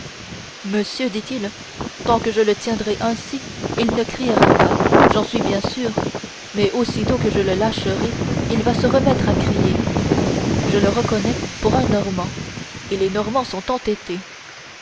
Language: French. monsieur dit-il tant que je le tiendrai ainsi il ne criera pas j'en suis bien sûr mais aussitôt que je le lâcherai il va se remettre à crier je le reconnais pour un normand et les normands sont entêtés